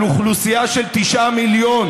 על אוכלוסייה של 9 מיליון.